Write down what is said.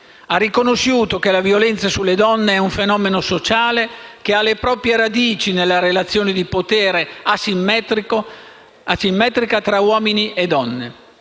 ha riconosciuto che la violenza sulle donne è un fenomeno sociale che ha le proprie radici nella relazione di potere asimmetrica fra uomini e donne.